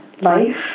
life